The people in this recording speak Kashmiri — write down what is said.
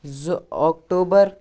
زٕ اوٚکٹوٗبَر